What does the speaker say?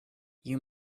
you